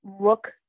look